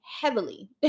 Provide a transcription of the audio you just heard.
heavily